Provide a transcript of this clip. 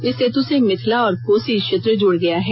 इस सेतु से मिथिला और कोसी क्षेत्र जुड़ गया है